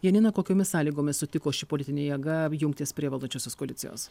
janina kokiomis sąlygomis sutiko ši politinė jėga jungtis prie valdančiosios koalicijos